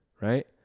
right